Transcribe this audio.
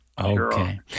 Okay